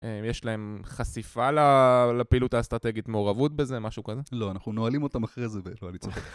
אם יש להם חשיפה לפעילות האסטרטגית, מעורבות בזה, משהו כזה? לא, אנחנו נועלים אותם אחרי זה ב... לא, אני צוחק.